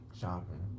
shopping